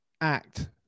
act